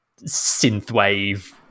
synthwave